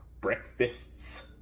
breakfasts